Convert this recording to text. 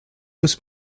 was